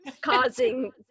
causing